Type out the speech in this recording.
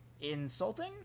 insulting